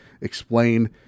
explain